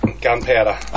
Gunpowder